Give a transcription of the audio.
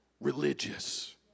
religious